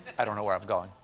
i don't know where i've gone.